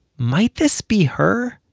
might this be her?